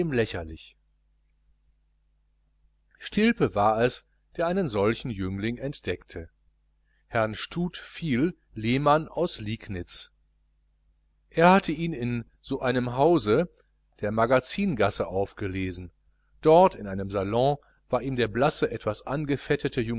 stilpe war es der einen solchen jüngling entdeckte herrn stud phil lehmann aus liegnitz er hatte ihn in so einem hause der magazingasse aufgelesen dort in einem salon war ihm der blasse etwas angefettete